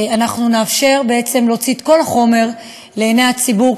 אנחנו נאפשר בעצם להוציא את כל החומר לעיני הציבור,